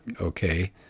okay